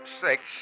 six